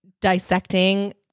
dissecting